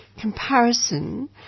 comparison